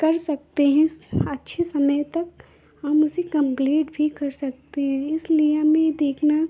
कर सकते हैं अच्छे समय तक हम उसे कम्पलीट भी कर सकते हैं इसलिए हमें यह देखना